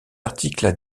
articles